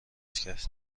کرد